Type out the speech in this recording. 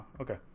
Okay